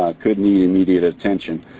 could need media attention.